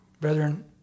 Brethren